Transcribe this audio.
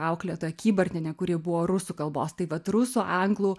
auklėtoja kybartienė kuri buvo rusų kalbos tai vat rusų anglų